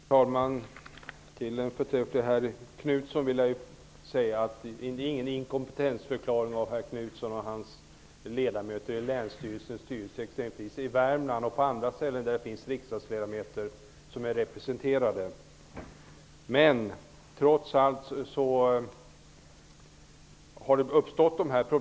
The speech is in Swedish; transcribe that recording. Herr talman! Till den förträfflige herr Knutson vill jag säga följande: Jag gjorde ingen inkompetensförklaring av honom eller av ledamöterna i länsstyrelsens styrelse, exempelvis i Värmland eller på andra ställen där riksdagsledamöter är representerade. Trots allt har dessa problem uppstått.